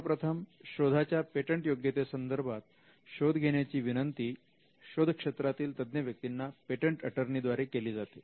सर्वप्रथम शोधाच्या पेटंटयोग्यते संदर्भात शोध घेण्याची विनंती शोध क्षेत्रातील तज्ञ व्यक्तींना पेटंट एटर्नी द्वारे केली जाते